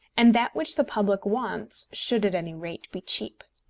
and that which the public wants should at any rate be cheap.